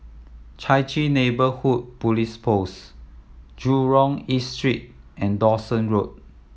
Chai Chee Neighbourhood Police Post Jurong East Street and Dawson Road